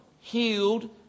healed